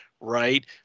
right